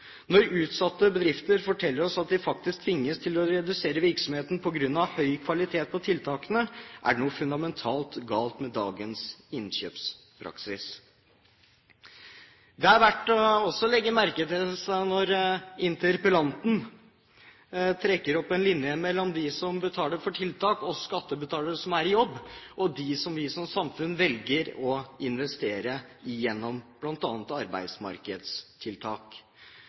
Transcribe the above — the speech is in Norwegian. Når utsatte bedrifter forteller oss at de faktisk tvinges til å redusere virksomheten på grunn av høy kvalitet på tiltakene, er det noe fundamentalt galt med dagens innkjøpspraksis. Det er også verdt å merke seg, når interpellanten trekker opp en linje mellom dem som betaler for tiltak, skattebetalere som er i jobb, og dem som vi som samfunn velger å investere igjennom, bl.a. ved arbeidsmarkedstiltak,